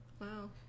wow